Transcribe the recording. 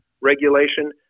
regulation